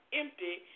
empty